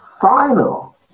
final